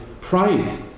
pride